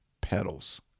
petals